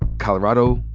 colorado,